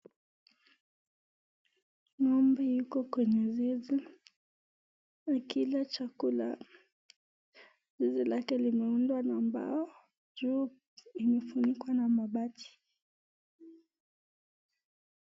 Ngombe yuko kwenye zizi akila chakula, zizi lake imeundwa na mbao na juu imefunikwa na mabati.